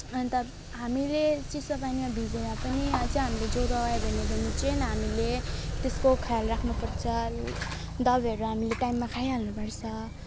अन्त हामीले चिसो पानीमा भिजेर पनि अझै हामीले ज्वरो आयो भने चाहिँ हामीले त्यसको ख्याल राख्नुपर्छ दबाईहरू हामीले टाइममा खाइहाल्नुपर्छ